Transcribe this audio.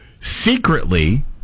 secretly